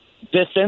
distance